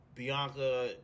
Bianca